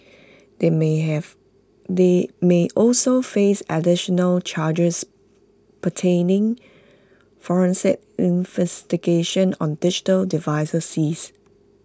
they may have they may also face additional charges forensic investigations on digital devices seized